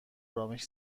ارامش